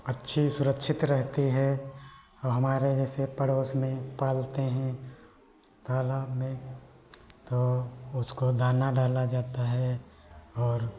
अच्छी सुरक्षित रहती है और हमारे जैसे पड़ोस में पालते हैं तालाब में तो उसको दाना डाला जाता है और